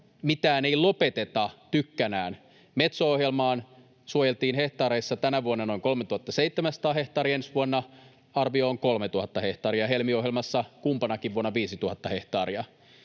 mitään ei lopeteta tykkänään. Metso-ohjelmaan suojeltiin hehtaareissa tänä vuonna noin 3 700 hehtaaria, ensi vuonna arvio on 3 000 hehtaaria, ja Helmi-ohjelmassa kumpanakin vuonna 5 000 hehtaaria.